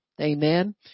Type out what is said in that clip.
Amen